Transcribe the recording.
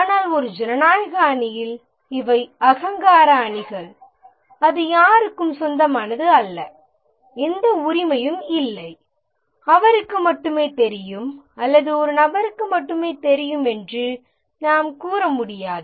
ஆனால் ஒரு ஜனநாயக அணியில் இவை அகங்கார அணிகள் அது யாருக்கும் சொந்தமானது அல்ல எந்த உரிமையும் இல்லை அவருக்கு மட்டுமே தெரியும் அல்லது ஒரு நபருக்கு மட்டுமே தெரியும் என்று நாங்கள் கூற முடியாது